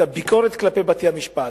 ביקורת כלפי בתי-המשפט,